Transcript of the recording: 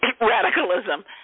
radicalism